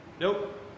nope